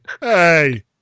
Hey